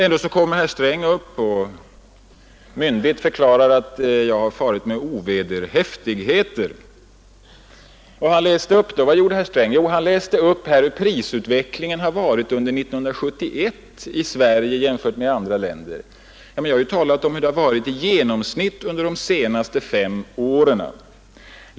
Ändå stiger herr Sträng upp och förklarar myndigt att jag har farit med ovederhäftigheter. Vad gjorde herr Sträng då? Jo, han läste upp hur prisutvecklingen har varit under 1971 i Sverige jämfört med andra länder. Men jag har talat om hur det har varit i genomsnitt under de senaste fem åren.